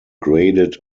graded